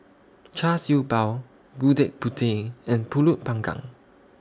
Char Siew Bao Gudeg Putih and Pulut Panggang